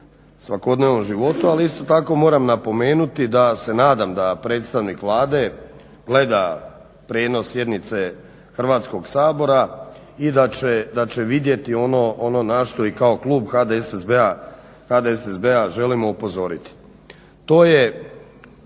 svakodnevnom životu, ali isto tako moram napomenuti da se nadam da predstavnik Vlade gleda prijenos sjednice Hrvatskog sabora i da će vidjeti ono na što i kao klub HDSSB-a želimo upozoriti. To je